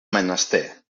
menester